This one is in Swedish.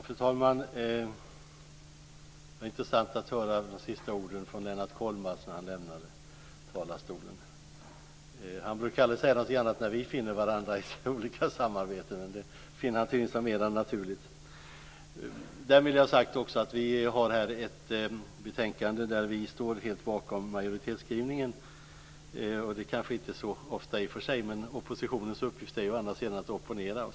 Fru talman! Det var intressant att höra de sista orden som Lennart Kollmats sade i sitt inlägg när han lämnade talarstolen. Han brukar aldrig säga någonting när vi finner varandra i olika samarbeten, men det finner han tydligen mer naturligt. Därmed vill jag också ha sagt att vi här har ett betänkandet där vi moderater står helt bakom majoritetsskrivningen. Det kanske inte är så ofta i och för sig. Oppositionens uppgift är å andra sidan att opponera.